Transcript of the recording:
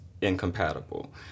incompatible